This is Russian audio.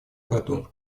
году